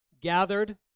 gathered